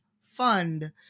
Fund